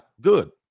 good